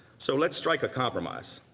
so let's strike a compromise.